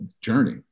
journey